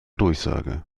durchsage